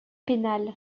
pénale